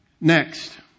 Next